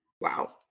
Wow